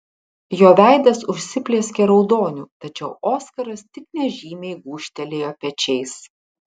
jo veidas užsiplieskė raudoniu tačiau oskaras tik nežymiai gūžtelėjo pečiais